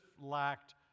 lacked